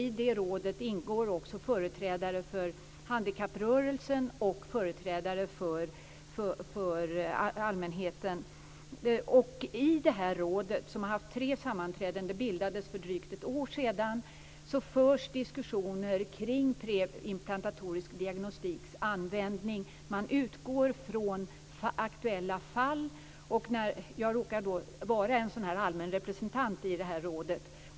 I rådet ingår också företrädare för handikapprörelsen och företrädare för allmänheten. I rådet, som bildades för drygt ett år sedan och som har haft tre sammanträden, förs diskussioner kring användning av preimplantatorisk diagnostik. Man utgår från aktuella fall. Jag råkar vara en allmän representant i rådet.